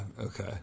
Okay